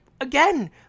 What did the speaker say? again